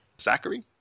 Zachary